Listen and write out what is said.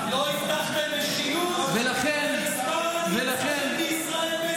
לא הבטחתם משילות ומספר הנרצחים בישראל מזנק?